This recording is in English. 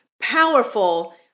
powerful